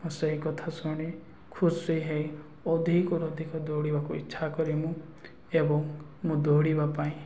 ମୁଁ ସେହି କଥା ଶୁଣି ଖୁସି ହେଇ ଅଧିକରୁ ଅଧିକ ଦୌଡ଼ିବାକୁ ଇଚ୍ଛା କରେ ମୁଁ ଏବଂ ମୁଁ ଦୌଡ଼ିବା ପାଇଁ